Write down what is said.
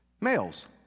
Males